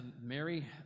Mary